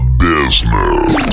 business